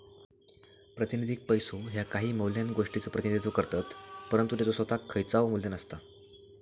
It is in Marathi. प्रातिनिधिक पैसो ह्या काही मौल्यवान गोष्टीचो प्रतिनिधित्व करतत, परंतु त्याचो सोताक खयचाव मू्ल्य नसता